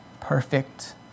perfect